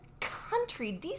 country